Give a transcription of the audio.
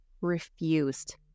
refused